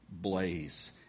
blaze